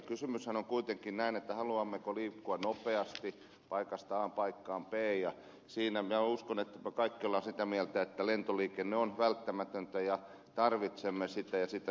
kysymyshän on kuitenkin näin haluammeko liikkua nopeasti paikasta a paikkaan b ja siinä minä uskon että me kaikki olemme sitä mieltä että lentoliikenne on välttämätöntä ja tarvitsemme sitä ja sitä tuetaan